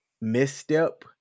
misstep